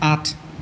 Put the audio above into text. আঠ